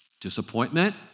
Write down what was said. Disappointment